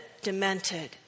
demented